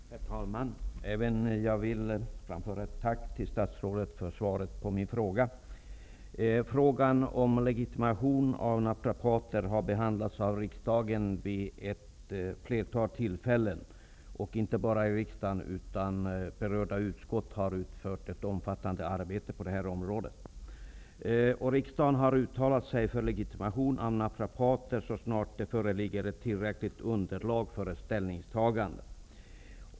Herr talman! Även jag vill framföra ett tack till statsrådet för svaret på min fråga. Frågan om legitimation av naprapater har behandlats av riksdagen vid ett flertal tillfällen. Inte bara riksdagen utan även berörda utskott har utfört ett omfattande arbete på detta område. Riksdagen har uttalat sig för legitimation av naprapater så snart det föreligger ett tillräckligt underlag för ett ställningstagande.